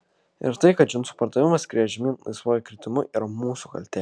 ir tai kad džinsų pardavimas skrieja žemyn laisvuoju kritimu yra mūsų kaltė